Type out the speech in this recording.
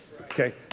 Okay